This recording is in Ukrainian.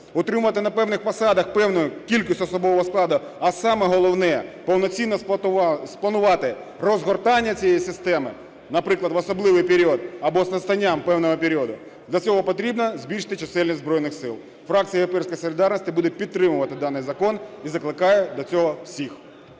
утримувати на певних посадах певну кількість особового складу, а саме головне – повноцінно спланувати розгортання цієї системи, наприклад, в особливий період або з настанням певного періоду, для цього потрібно збільшити чисельність Збройних Сил. Фракція "Європейська солідарність" буде підтримувати даний закон і закликає до цього всіх.